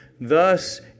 Thus